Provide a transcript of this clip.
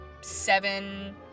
seven